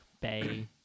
bay